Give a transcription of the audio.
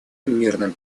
мирным